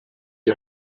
die